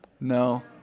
No